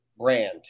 brand